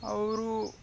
ಅವರೂ